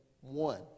one